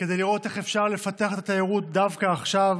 כדי לראות איך אפשר לפתח את התיירות דווקא עכשיו,